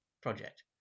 project